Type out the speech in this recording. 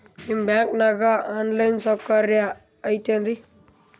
ನಿಮ್ಮ ಬ್ಯಾಂಕನಾಗ online ಸೌಕರ್ಯ ಐತೇನ್ರಿ?